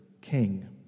king